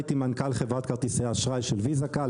הייתי מנכ"ל חברת כרטיסי האשראי של ויזה כאל,